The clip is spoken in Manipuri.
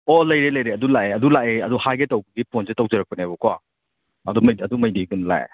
ꯑꯣ ꯂꯩꯔꯦ ꯂꯩꯔꯦ ꯑꯗꯨ ꯂꯥꯛꯑꯦ ꯑꯗꯨ ꯂꯥꯛꯑꯦ ꯑꯗꯨ ꯍꯥꯏꯒꯦ ꯇꯧꯕꯒꯤ ꯐꯣꯟꯁꯦ ꯇꯧꯖꯔꯛꯄꯅꯦꯕꯀꯣ ꯑꯗꯨ ꯃꯩꯗꯤ ꯑꯗꯨ ꯃꯩꯗꯤ ꯀꯩꯅꯣ ꯂꯥꯛꯑꯦ